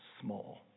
small